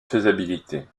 faisabilité